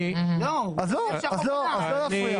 אז לא להפריע.